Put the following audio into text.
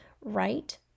right